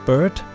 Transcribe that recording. Bird